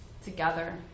Together